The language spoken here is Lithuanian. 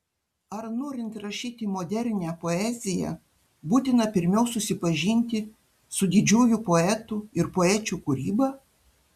ar norint rašyti modernią poeziją būtina pirmiau susipažinti su didžiųjų poetų ir poečių kūryba